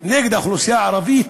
האוכלוסייה הערבית,